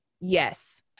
Yes